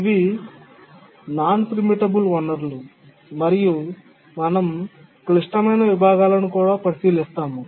ఇవి ప్రీమిటబుల్ కాని వనరులు మరియు మనం క్లిష్టమైన విభాగాలను కూడా పరిశీలిస్తాము